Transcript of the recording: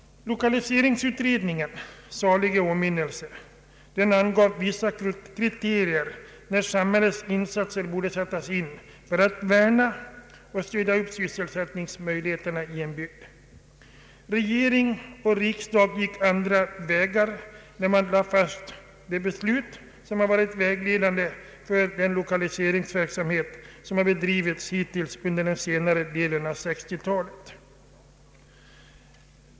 Ang. regionalpolitiken minnelse, anförde vissa kriterier för när samhällets insatser borde sättas in för att värna och stödja sysselsättningsmöjligheterna i en bygd. Regering och riksdag gick andra vägar, när det beslut lades fast som var vägledande för den lokaliseringsverksamhet som bedrivits under senare delen av 1960-talet.